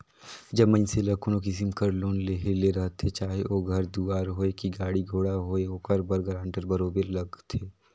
जब मइनसे ल कोनो किसिम कर लोन लेहे ले रहथे चाहे ओ घर दुवार होए कि गाड़ी घोड़ा होए ओकर बर गारंटर बरोबेर लागथे